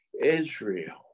israel